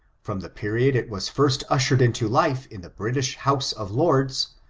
from the period it was first ushered into life in the british house of lords,